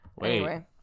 Wait